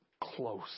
close